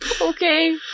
Okay